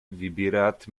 выбирать